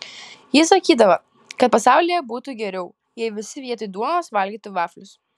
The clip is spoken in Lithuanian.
ji sakydavo kad pasaulyje būtų geriau jei visi vietoj duonos valgytų vaflius